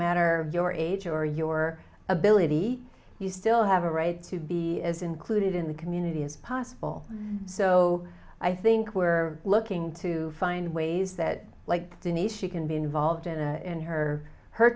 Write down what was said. matter your age or your ability you still have a right to be as included in the community as possible so i think we're looking to find ways that like the nation can be involved in in her her